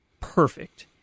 perfect